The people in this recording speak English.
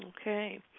Okay